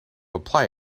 apply